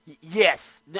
Yes